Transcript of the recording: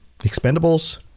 expendables